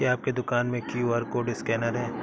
क्या आपके दुकान में क्यू.आर कोड स्कैनर है?